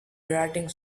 grating